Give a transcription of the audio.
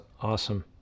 awesome